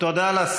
תודה רבה.